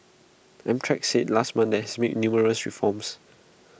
amtrak said last month that IT had made numerous reforms